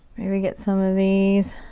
maybe get some of these